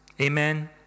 Amen